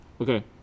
Okay